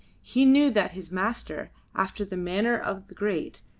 he knew that his master, after the manner of the great,